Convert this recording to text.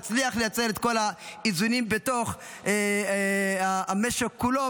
נצליח לייצר את כל האיזונים בתוך המשק כולו,